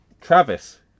Travis